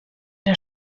der